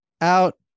out